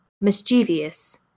mischievous